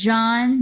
John